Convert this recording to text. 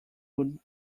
would